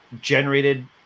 generated